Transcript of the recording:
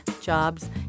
jobs